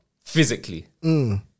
physically